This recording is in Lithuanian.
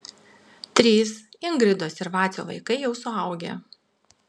trys ingridos ir vacio vaikai jau suaugę